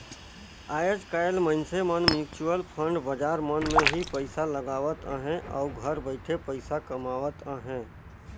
आएज काएल मइनसे मन म्युचुअल फंड बजार मन में ही पइसा लगावत अहें अउ घर बइठे पइसा कमावत अहें